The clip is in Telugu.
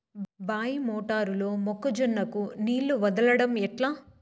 బాయి మోటారు లో మొక్క జొన్నకు నీళ్లు వదలడం ఎట్లా?